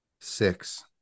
six